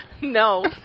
No